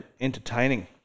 entertaining